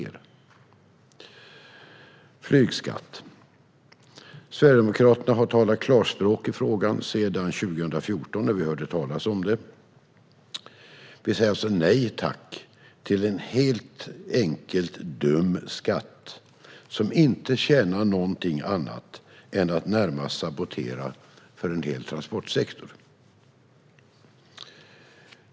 När det gäller flygskatt har Sverigedemokraterna talat klarspråk i frågan sedan 2014 när vi hörde talas om den. Vi säger alltså nej tack till en helt enkelt dum skatt som inte tjänar någonting annat till än att närmast sabotera för en hel transportsektor.